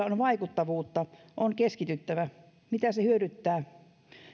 on vaikuttavuutta on keskityttävä mitä se hyödyttää